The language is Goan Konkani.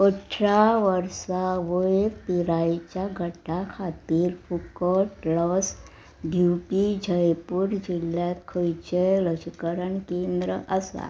अठरा वर्सां वयर पिरायेच्या गटा खातीर फुकट लस दिवपी जयपूर जिल्ल्यांत खंयचेंय लसीकरण केंद्र आसा